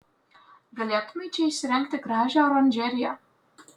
galėtumei čia įsirengti gražią oranžeriją